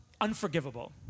unforgivable